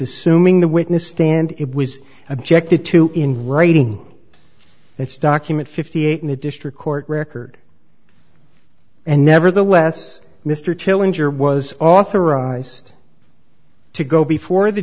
assuming the witness stand it was objected to in writing its document fifty eight in the district court record and nevertheless mr killen juror was authorized to go before the